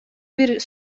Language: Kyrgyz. бир